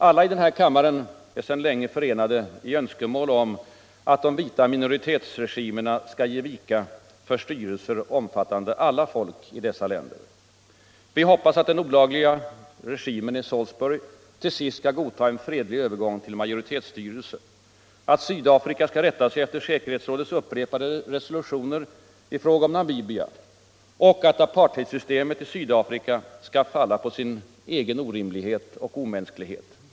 Alla i denna kammare är sedan länge förenade i önskemålet om att de vita minoritetsregimerna skall ge vika för styrelser omfattande alia folk i dessa länder. Vi hoppas att den olagliga regimen i Salisbury till sist skall godta en fredlig övergång till majoritetsstyrelse, att Sydafrika skail rätta sig efter säkerhetsrådets upprepade resolutioner i fråga om Namibia och att apartheidsystemet i Sydafrika skall falla på sin egen orimlighet och omänsklighet.